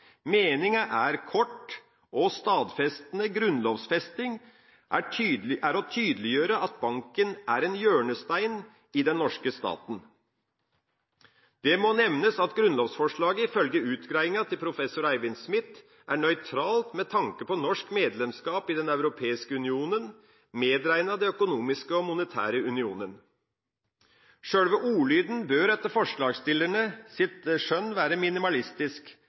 Meninga med en kort og stadfestende grunnlovfesting er å tydeliggjøre at banken er en hjørnestein i den norske staten. Det må nevnes at grunnlovsforslaget ifølge utgreiinga til professor Eivind Smith er nøytralt med tanke på norsk medlemskap i Den europeiske unionen, medregnet Den økonomiske og monetære unionen. Sjølve ordlyden bør etter forslagsstillernes skjønn være minimalistisk.